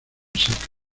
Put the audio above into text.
secas